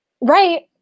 Right